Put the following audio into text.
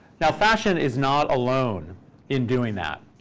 now, fashion is not alone in doing that.